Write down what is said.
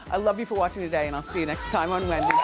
i love you for watching today and i'll see you next time on wendy,